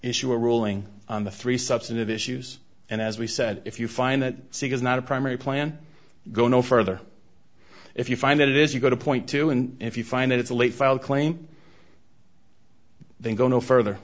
issue a ruling on the three substantive issues and as we said if you find that seat is not a primary plan go no further if you find that it is you go to point two and if you find that it's a late filed claim then go no further